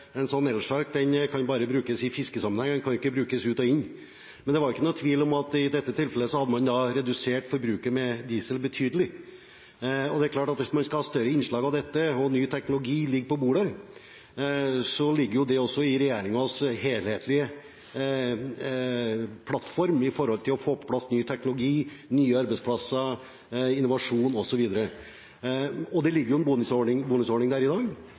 brukes i fiskesammenheng. Den kan ikke brukes ut og inn. Men det er ingen tvil om at i dette tilfellet hadde man redusert forbruket av diesel betydelig. Hvis man skal ha større innslag av dette, og ny teknologi ligger på bordet, ligger det også i regjeringens helhetlige plattform å få på plass ny teknologi, nye arbeidsplasser, innovasjon osv. Det ligger en bonusordning der i dag.